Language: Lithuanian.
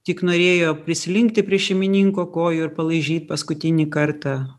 tik norėjo prislinkti prie šeimininko kojų ir palaižyt paskutinį kartą